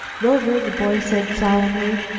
rover, the boy said solemnly,